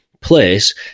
place